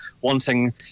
wanting